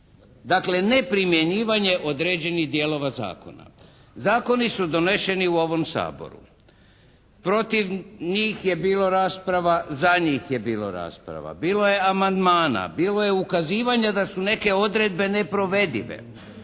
Dakle neprimjenjivanje određenih dijelova zakona. Zakoni su doneseni u ovom Saboru. Protiv njih je bilo rasprava. Za njih je bilo rasprava. Bilo je amandmana. Bilo je ukazivanja da su neke odredbe neprovedive.